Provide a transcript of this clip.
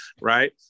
Right